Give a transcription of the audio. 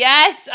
Yes